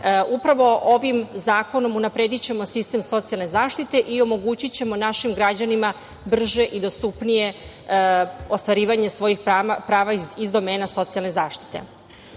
ovim zakonom unapredićemo sistem socijalne zaštite i omogućićemo našim građanima brže i dostupnije ostvarivanje svojih prava iz domena socijalne